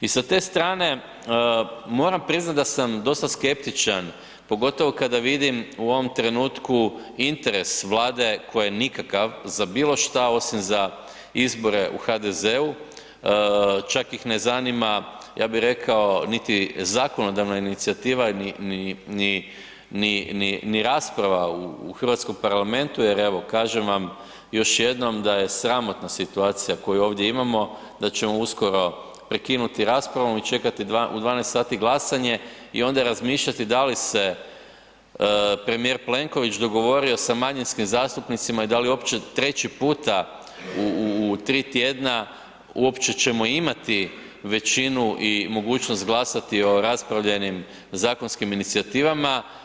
I sa te strane moram priznat da sam dostav skeptičan pogotovo kada vidim u ovom trenutku interes Vlade koji je nikakav za bilo šta osim za izbore u HDZ-u, čak ih ne zanima ja bih rekao niti zakonodavna inicijativa, ni rasprava u hrvatskom parlamentu, jer evo kažem vam još jednom da je sramotna situacija koju ovdje imamo, da ćemo uskoro prekinuti raspravu i čekati u 12 sati glasanje i onda razmišljati da li se premijer Plenković dogovorio sa manjinskim zastupnicima i da li uopće treći puta u tri tjedna uopće ćemo imati većinu i mogućnost glasati o raspravljenim zakonskim inicijativama.